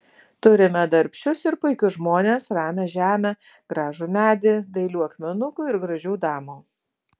turime darbščius ir puikius žmones ramią žemę gražų medį dailių akmenukų ir gražių damų